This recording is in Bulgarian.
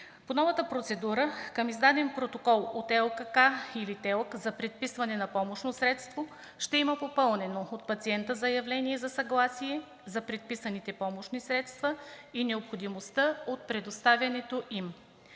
По новата процедура към издаден протокол от ЛКК или ТЕЛК за предписване на помощно средство ще имаме попълнено от пациента заявление за съгласие за предписаните помощни средства и необходимостта от предоставянето им.